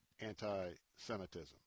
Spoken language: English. anti-Semitism